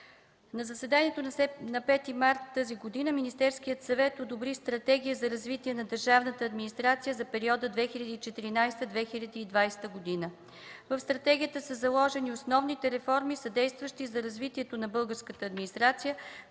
На заседанието на 5 март тази година Министерският съвет одобри Стратегия за развитие на държавната администрация за периода 2014-2020 г. В стратегията са заложени основните реформи, съдействащи за развитието на българската администрация,